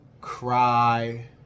cry